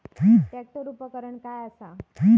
Tractor उपकरण काय असा?